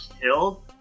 killed